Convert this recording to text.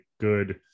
good